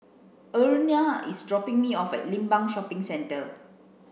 Erna is dropping me off at Limbang Shopping Centre